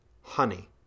Honey